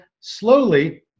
slowly